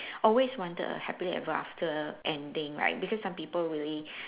always wanted a happily ever after ending right because some people really